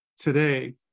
today